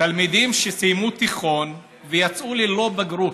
תלמידים שסיימו תיכון ויצאו ללא בגרות,